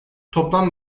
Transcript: toplam